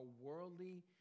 worldly